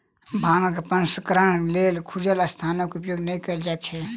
भांगक प्रसंस्करणक लेल खुजल स्थानक उपयोग नै कयल जाइत छै